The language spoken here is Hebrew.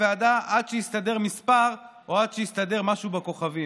עד שיסתדר מספר או עד יסתדר משהו בכוכבים".